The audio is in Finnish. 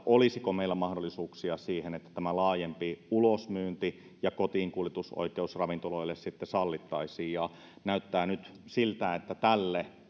olisiko meillä mahdollisuuksia siihen että tämä laajempi ulosmyynti ja kotiinkuljetusoikeus ravintoloille sitten sallittaisiin näyttää nyt siltä että tälle